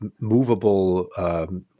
movable